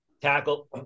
tackle